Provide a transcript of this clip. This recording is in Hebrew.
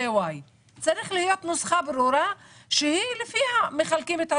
Y. צריכה להיות נוסחה ברורה שלפיה מחלקים את הדברים.